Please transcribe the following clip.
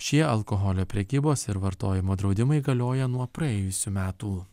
šie alkoholio prekybos ir vartojimo draudimai galioja nuo praėjusių metų